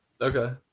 Okay